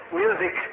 music